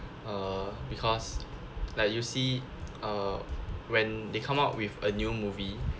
uh because like you see uh when they come up with a new movie